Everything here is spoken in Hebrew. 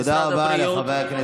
תודה רבה לחבר הכנסת אלקין.